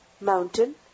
mountain